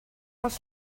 els